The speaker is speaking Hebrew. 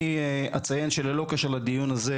אני אציין שללא קשר לדיון הזה,